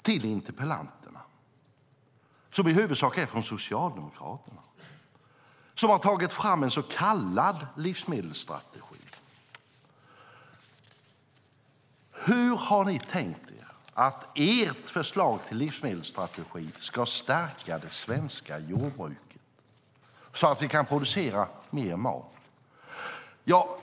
Till interpellanterna, som i huvudsak är från Socialdemokraterna och som har tagit fram en så kallad livsmedelsstrategi, vill jag säga: Hur har ni tänkt er att ert förslag till livsmedelsstrategi ska stärka det svenska jordbruket så att vi kan producera mer mat?